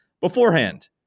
beforehand